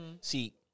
See